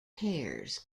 pairs